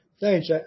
Thanks